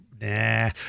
nah